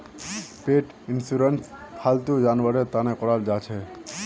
पेट insurance फालतू जानवरेर तने कराल जाछेक